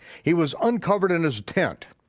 he was uncovered in his tent.